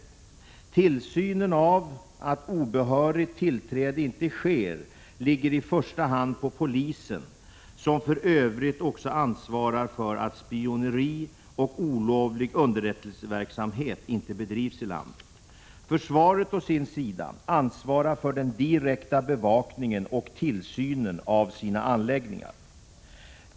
RH säibilar JARNO rna Tillsynen av att obehörigt tillträde inte sker ligger i första hand på polisen som för övrigt också ansvarar för att spioneri och olovlig underrättelseverksamhet inte bedrivs i landet. Försvaret å sin sida ansvarar för den direkta bevakningen och tillsynen av sina anläggningar.